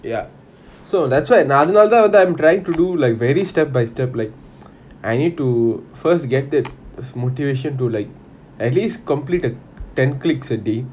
ya so that's why நான் அதுனால தான்:naan athunaala thaan trying to do like very step by step like I need to first get that motivation to like at least complete ten clicks a day